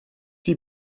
die